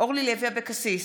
אורלי לוי אבקסיס,